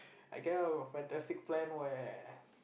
I came up with a fantastic plan where